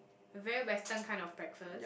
a very western kind of breakfast